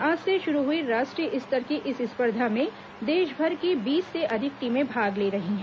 आज से शुरू हुई राष्ट्रीय स्तर की इस स्पर्धा में देशभर की बीस से अधिक टीमें भाग ले रही हैं